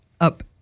up